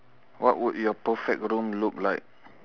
what would your perfect room look like